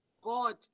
God